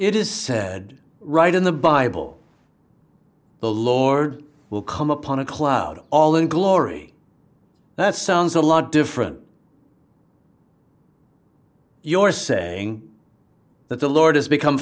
it is said right in the bible the lord will come upon a cloud all in glory that sounds a lot different your saying that the lord has become